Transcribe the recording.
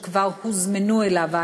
שכבר הוזמנו אליו האנשים.